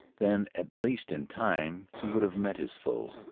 then at least in time he would have met his foe,